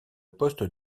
poste